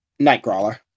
Nightcrawler